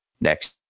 next